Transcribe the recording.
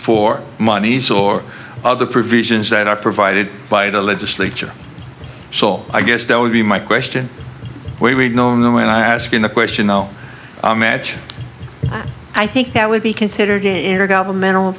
for monies or other provisions that are provided by the legislature so i guess that would be my question where we'd known them when i asked the question no match i think that would be considered